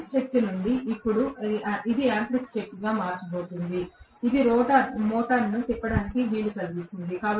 విద్యుత్ శక్తి నుండి ఇప్పుడు అది యాంత్రిక శక్తిగా మార్చబడుతోంది ఇది మోటారును తిప్పడానికి వీలు కల్పిస్తుంది